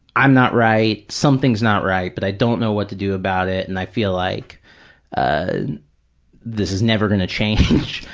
i'm not right, something's not right, but i don't know what to do about it and i feel like ah this is never going to change.